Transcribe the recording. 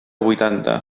huitanta